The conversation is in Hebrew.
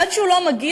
עד שהוא לא מגיע,